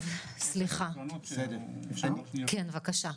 בבקשה.